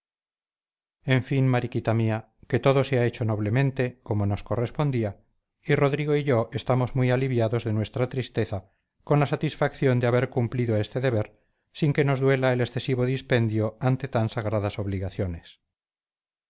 en fin mariquita mía que todo se ha hecho noblemente como nos correspondía y rodrigo y yo estamos muy aliviados de nuestra tristeza con la satisfacción de haber cumplido este deber sin que nos duela el excesivo dispendio ante tan sagradas obligaciones